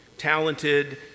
talented